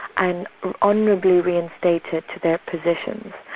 and honourably reinstated to their positions.